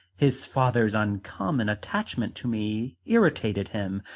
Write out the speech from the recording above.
his father's uncommon attachment to me irritated him,